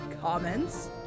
comments